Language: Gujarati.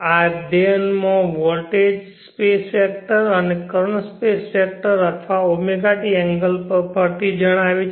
આ અધ્યયન માં વોલ્ટેજ સ્પેસ વેક્ટર અને કરંટ સ્પેસ વેક્ટર અથવા ωt એંગલ પર ફરતી જણાવે છે